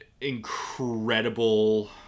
incredible